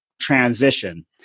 transition